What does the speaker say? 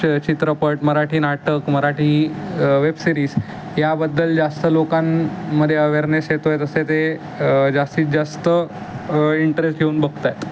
च चित्रपट मराठी नाटक मराठी वेबसिरिज याबद्दल जास्त लोकांमध्ये अवेअरनेस येतो आहे तसे ते जास्तीत जास्त इंटरेस्ट घेऊन बघत आहेत